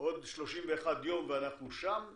עוד 31 יום ואנחנו שם,